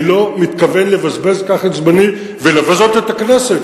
אני לא מתכוון לבזבז כך את זמני ולבזות את הכנסת,